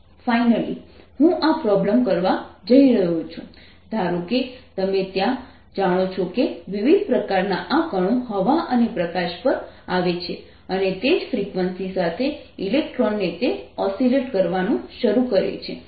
finally હું આ problem કરવા જઇ રહ્યો છું ધારો કે તમે ત્યાં જાણો છો કે વિવિધ પ્રકારનાં આ કણો હવા અને પ્રકાશ પર આવે છે અને તે જ ફ્રીક્વન્સી સાથે ઇલેક્ટ્રોનને તે ઓસિલેટ કરવાનું શરૂ કરે છે